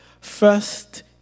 first